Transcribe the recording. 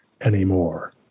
anymore